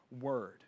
Word